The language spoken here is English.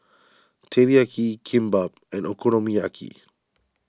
Teriyaki Kimbap and Okonomiyaki